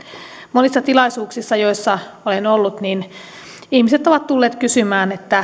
monissa tilaisuuksissa joissa olen ollut ihmiset ovat tulleet kysymään